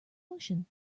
ocean